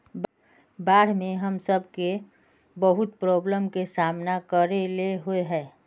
बाढ में हम सब बहुत प्रॉब्लम के सामना करे ले होय है?